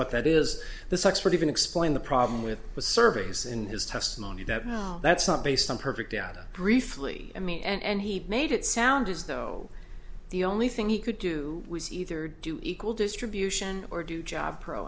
what that is this expert even explain the problem with with surveys in his testimony that no that's not based on perfect data briefly i mean and he made it sound as though the only thing he could do was either do equal distribution or do job pro